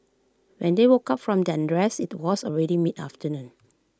when they woke up from their rest IT was already mid afternoon